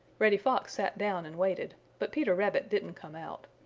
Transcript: reddy fox sat down and waited, but peter rabbit didn't come out.